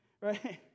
Right